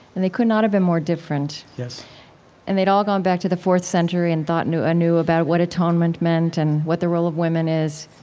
and they could not have been more different and they'd all gone back to the fourth century and thought anew anew about what atonement meant and what the role of women is,